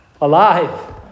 alive